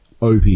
OP